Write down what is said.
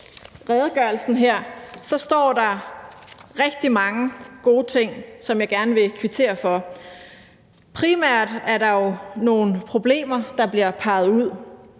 på redegørelsen her, står der rigtig mange gode ting, som jeg gerne vil kvittere for. Primært er der nogle problemer, der bliver peget ud.